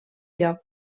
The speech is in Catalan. lloc